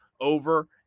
over